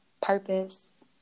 purpose